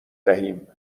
دهیم